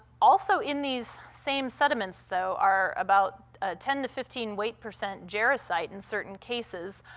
also in these same sediments, though, are about ten fifteen weight-percent jarosite in certain cases,